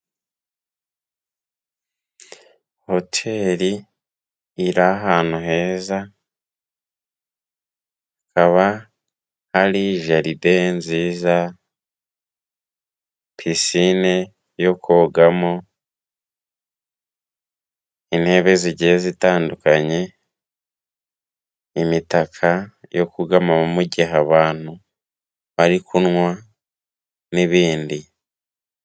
Hoteri iri ahantu heza, hakaba hari jaride nziza, pisine yo kogamo, intebe zigiye zitandukanye, imitaka yo kugamamo mu gihe abantu bari kunywa n'ibindi.